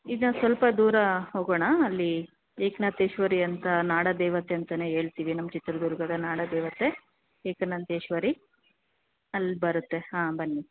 ಇನ್ನೂ ಸ್ವಲ್ಪ ದೂರ ಹೋಗೋಣ ಅಲ್ಲಿ ಏಕನಾಥೇಶ್ವರಿ ಅಂತ ನಾಡದೇವತೆ ಅಂತಲೇ ಹೇಳ್ತೀವಿ ನಮ್ಮ ಚಿತ್ರದುರ್ಗದ ನಾಡದೇವತೆ ಏಕನಾಥೇಶ್ವರಿ ಅಲ್ಲಿ ಬರುತ್ತೆ ಹಾಂ ಬನ್ನಿ